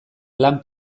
lan